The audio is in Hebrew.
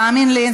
תאמין לי,